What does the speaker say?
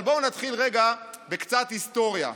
אבל בואו נתחיל רגע בקצת היסטוריה.